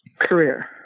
Career